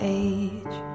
age